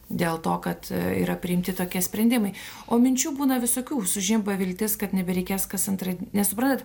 dėl to kad yra priimti tokie sprendimai o minčių būna visokių sužimba viltis kad nebereikės kas antrą nes suprantat